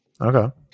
Okay